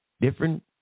different